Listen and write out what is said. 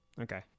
Okay